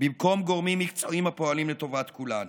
במקום גורמים מקצועיים הפועלים לטובת כולנו.